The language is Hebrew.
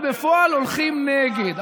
ובפועל הולכים נגד.